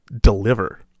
deliver